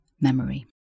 memory